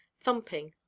thumping